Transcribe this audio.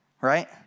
Right